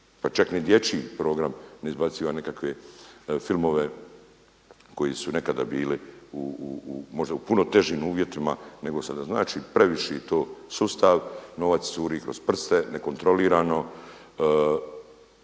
Pa čak ni dječji program ne izbaciva nekakve filmove koji su nekada bili možda u puno težim uvjetima nego sada. Znači previše to sustav novac curi kroz prste, nekontrolirano,